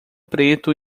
preto